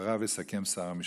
ואחריו יסכם שר המשפטים.